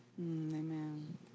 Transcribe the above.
Amen